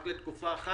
רק לתקופה אחת.